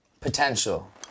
potential